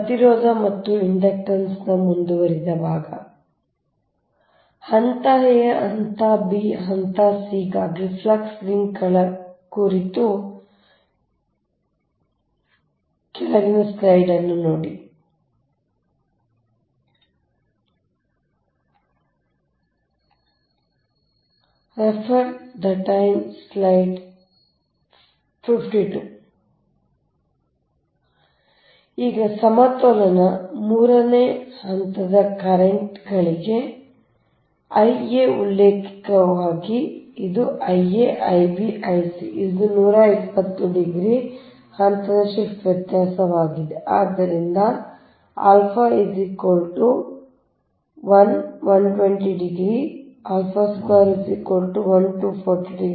ಪ್ರತಿರೋಧ ಮತ್ತು ಇಂಡಕ್ಟನ್ಸ್ ಮುಂದುವರಿದ ಭಾಗ ಆದ್ದರಿಂದ ಹಂತ a ಹಂತ b ಹಂತ c ಗಾಗಿ ಫ್ಲಕ್ಸ್ ಲಿಂಕ್ ಗಳ ಕುರಿತು ಇದನ್ನು ನೋಡಿ ಈಗ ಸಮತೋಲನ 3 ಹಂತದ ಕರೆಂಟ್ ಗಳಿಗೆ I a ಉಲ್ಲೇಖವಾಗಿ ಇದು Ia Ib Ic ಅವು 120 ಡಿಗ್ರಿ ಹಂತದ ಶಿಫ್ಟ್ ವ್ಯತ್ಯಾಸವಾಗಿದೆ